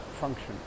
function